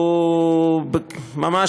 הוא ממש,